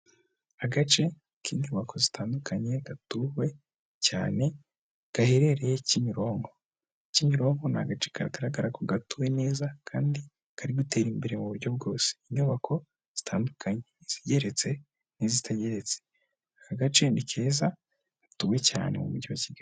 Agace k'inyubako zitandukanye gatuwe cyane gaherereye Kimironko. Kimironko ni agace kagaragara ko gatuwe neza kandi kari gutera imbere muburyo bwose. Inyubako zitandukanye, izigeretse n'izitageretse. Aka gace ni keza, gatuwe cyane mu mujyi wa Kigali.